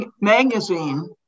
magazine